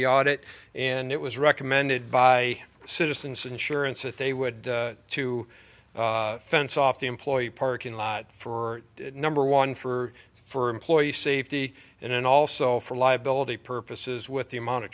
the audit and it was recommended by citizens insurance that they would to fence off the employee parking lot for number one for for employee safety in and also for liability purposes with the amount of